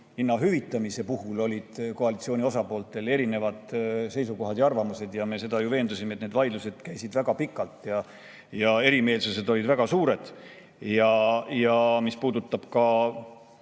hinna hüvitamise puhul olid koalitsiooni osapooltel erinevad seisukohad ja arvamused. Selles me ju veendusime, et need vaidlused käisid väga pikalt ja erimeelsused olid väga suured. Mis puudutab